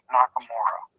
Nakamura